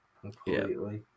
completely